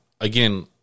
again